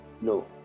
No